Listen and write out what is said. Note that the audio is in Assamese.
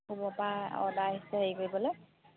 ওপৰৰপৰা অৰ্ডাৰ আহিছে হেৰি কৰিবলৈ